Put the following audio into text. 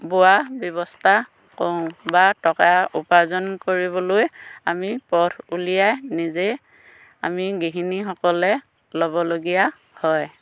বোৱা ব্যৱস্থা কৰোঁ বা টকা উপাৰ্জন কৰিবলৈ আমি পথ উলিয়াই নিজে আমি গৃহিনী সকলে ল'বলগীয়া হয়